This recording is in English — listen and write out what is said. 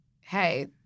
hey